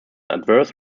adverse